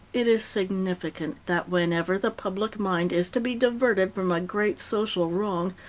it is significant that whenever the public mind is to be diverted from a great social wrong,